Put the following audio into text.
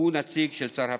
נציג של שר הפנים,